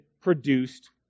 produced